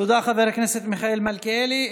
תודה, חבר הכנסת מיכאל מלכיאלי.